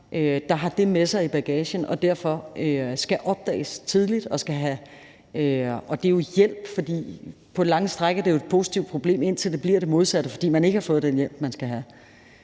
der har det med sig i bagagen og derfor skal opdages tidligt? Og det er en hjælp, for på mange stræk er det jo et positivt problem, indtil det bliver det modsatte, fordi man ikke har fået den hjælp, man skal have.